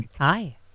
Hi